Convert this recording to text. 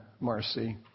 Marcy